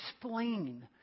explain